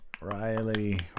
Riley